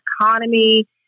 economy